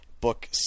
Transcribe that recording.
Book